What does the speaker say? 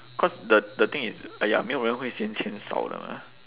cause the the thing is !aiya! 没有人会嫌钱少的啦